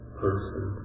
person